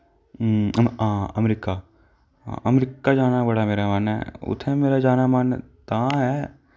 हां America America जाने दा बड़ा मेरा मन ऐ उत्थैं मेरे जाने दा मन तां ऐ